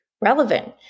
relevant